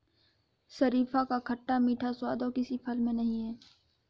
शरीफा का खट्टा मीठा स्वाद और किसी फल में नही है